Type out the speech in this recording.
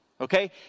okay